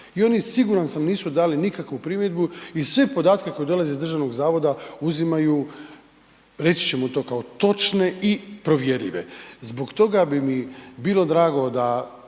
i on je siguran sam nisu dali nikakvu primjedbu i sve podatke koji dolaze iz državnog zavoda uzimaju reći ćemo to kao točne i provjerljive. Zbog toga bi mi bilo drago da